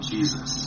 Jesus